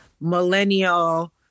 millennial